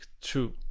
true